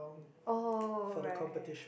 oh right